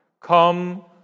Come